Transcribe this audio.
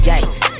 Yikes